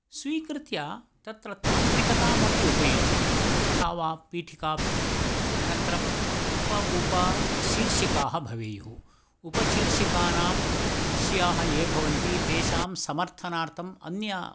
स्वीकृत्य तत्र तान्त्रिकतामपि उपयुज्य यथा वा पीठिका भवेद् अनन्तरम् उप उप शीर्षिकाः भवेयुः उपशीर्षकानां विषयाः ये भवन्ति तेषां समर्थनार्थम् अन्य